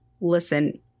listen